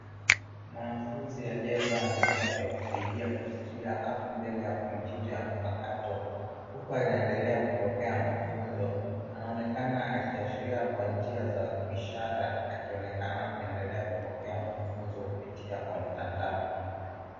Mwanafunzi aliyevaa vifaa vya kusaidia kusikia ako mbele ya kompyuta ya mpakato huku anaendelea kupokea mafunzo. Anaonekana akiashiria kwa njia za ishara akionekana kuendelea kupokea mafunzo kupitia kwa mtandao.